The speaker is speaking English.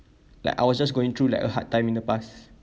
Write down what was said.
like I was just going through like a hard time in the past